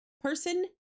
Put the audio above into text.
person